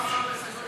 מרצ לסעיף